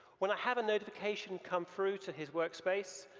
when i have a notification come through to his workspace,